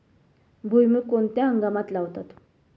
भुईमूग कोणत्या हंगामात लावतात?